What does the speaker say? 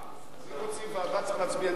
אז אם רוצים ועדה צריך להצביע נגד מליאה.